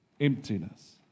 emptiness